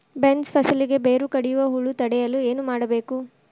Beans ಫಸಲಿಗೆ ಬೇರು ಕಡಿಯುವ ಹುಳು ತಡೆಯಲು ಏನು ಮಾಡಬೇಕು?